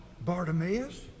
Bartimaeus